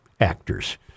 actors